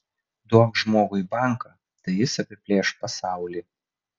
duok žmogui banką tai jis apiplėš pasaulį